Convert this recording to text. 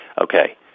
okay